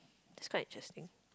this is quite interesting